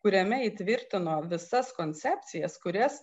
kuriame įtvirtino visas koncepcijas kurias